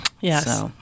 Yes